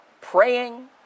praying